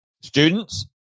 Students